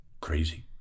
crazy